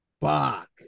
Fuck